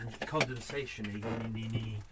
condensation